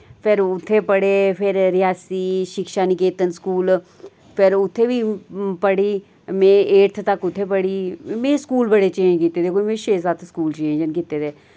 फिर उत्थै पढ़े फिर रेयासी शिक्षा निकेतन स्कूल फिर उत्थै बी पढ़ी मैं एड़थ तक उत्थै पढ़ी मैं स्कूल बड़े चेंज कीते दे कोई मैं छे सत्त स्कूल न चेंज न कीते दे